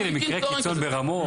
לקחתי מקרה קיצון ברמות.